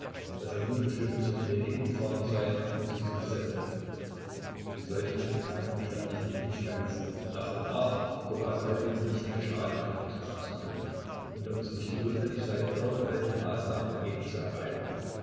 daß er nun bestimmt zur gnädigen gefahren sei um sie zu besänftigen mit solchen gedanken stand ich neben michailiza und dachte nach ob aus all dem nicht ein schaden für uns erwachsen könne und ob es nicht notwendig sei irgendwelche maßnahmen dagegen zu ergreifen